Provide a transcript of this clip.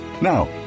Now